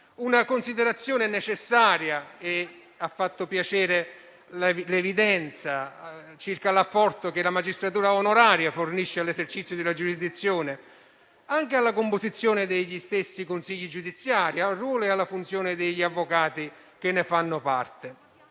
Una considerazione è necessaria, e ha fatto piacere l'evidenza circa l'apporto che la magistratura onoraria fornisce all'esercizio della giurisdizione, anche alla composizione degli stessi consigli giudiziari, al ruolo e alla funzione degli avvocati che ne fanno parte.